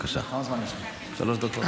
בבקשה, שלוש דקות.